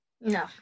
no